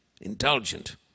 indulgent